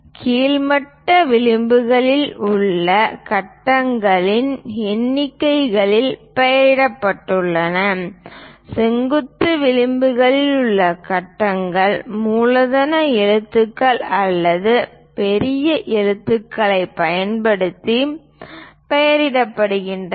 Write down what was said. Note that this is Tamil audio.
கிடைமட்ட விளிம்புகளில் உள்ள கட்டங்கள் எண்களில் பெயரிடப்பட்டுள்ளன செங்குத்து விளிம்புகளில் உள்ள கட்டங்கள் மூலதன எழுத்துக்கள் அல்லது பெரிய எழுத்துக்களைப் பயன்படுத்தி பெயரிடப்படுகின்றன